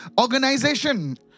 organization